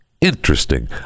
Interesting